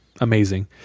amazing